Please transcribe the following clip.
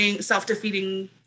self-defeating